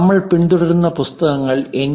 നമ്മൾ പിന്തുടരുന്ന പാഠപുസ്തകങ്ങൾ എൻ